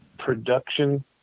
production